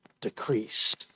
decrease